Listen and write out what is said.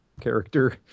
character